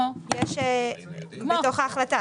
בתוך ההחלטה.